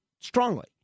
strongly